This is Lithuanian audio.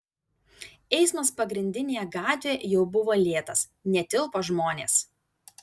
eismas pagrindinėje gatvėje jau buvo lėtas netilpo žmonės